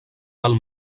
pel